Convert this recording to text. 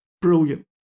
Brilliant